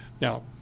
now